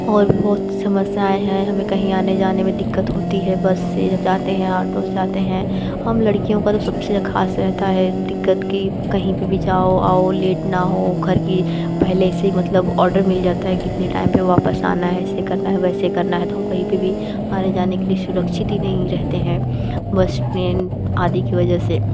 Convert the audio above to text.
और भी बहुत समस्याएं हैं हमें कहीं आने जाने में दिक्कत होती है बस से जब जाते हैं ऑटो से जाते हैं हम लड़कियों का तो सब से ख़ास रहता हैं दिक्कत कि कहीं पर भी जाओ आओ लेट ना हो घर की पहले से ही मतलब ऑर्डर मिल जाता हैं कि कितने टाइम पर वापस आना है एसे करना है वैसे करना है तो हम कहीं पर भी आने जाने के लिए सुरक्षित ही नहीं रहते हैं बस ट्रेन आदि की वजह से